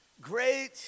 great